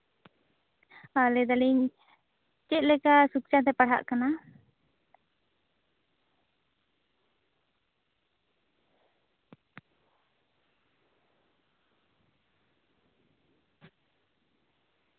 ᱟᱸ ᱞᱟᱹᱭ ᱫᱟᱞᱤᱧ ᱪᱮᱫᱞᱮᱠᱟ ᱥᱩᱠᱪᱟᱸᱫᱮ ᱯᱟᱲᱦᱟᱜ ᱠᱟᱱᱟ